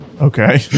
Okay